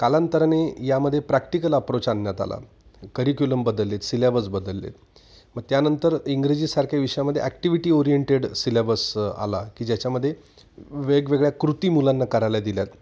कालांतराने यामध्ये practical approach आणण्यात आला करिक्युलम बदलले आहेत सिलॅबस बदलले आहेत मग त्यानंतर इंग्रजीसारख्या विषयामध्ये ॲक्टिविटी ओरिंटेड सिलेबस आला की ज्याच्यामध्ये वेगवेगळ्या कृती मुलांना करायला दिल्या आहेत